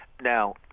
Now